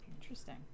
Interesting